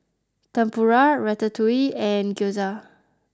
Tempura Ratatouille and Gyoza